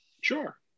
Sure